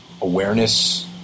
awareness